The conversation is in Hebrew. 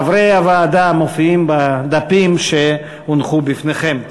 שמות חברי הוועדה מופיעים בדפים שהונחו בפניכם.